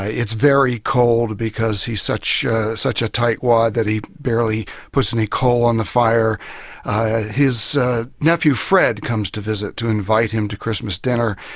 ah it's very cold because he's such such a tightwad that he barely puts any coal on the fire his nephew fred comes to visit, to invite him to christmas dinner,